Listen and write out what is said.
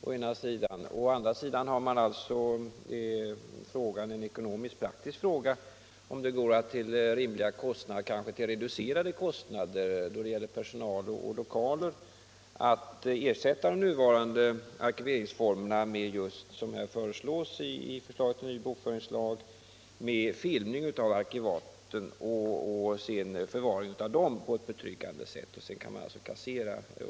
Å andra sidan är det en ekonomisk-praktisk fråga om det går att till rimliga kostnader — kanske reducerade då det gäller personal och lokaler — ersätta de nuvarande arkiveringsformerna med, som det föreslås i förslaget till ny bokföringslag, mikrofilmning av arkivaten, varefter originalhandlingarna kan kasseras.